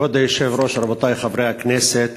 כבוד היושב-ראש, רבותי חברי הכנסת,